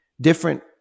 different